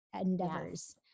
endeavors